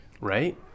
Right